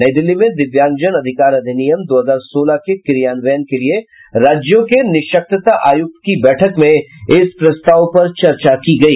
नई दिल्ली में दिव्यांगजन अधिकार अधिनियम दो हजार सोलह के क्रियान्वयन के लिये राज्यों के निशक्तता आयुक्त की बैठक में इस प्रस्ताव पर चर्चा की गयी